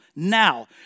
Now